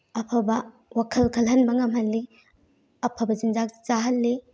ꯑꯐꯕ ꯋꯥꯈꯜ ꯈꯂꯍꯟꯕ ꯉꯝꯍꯜꯂꯤ ꯑꯐꯕ ꯆꯤꯟꯖꯥꯛ ꯆꯥꯍꯜꯂꯤ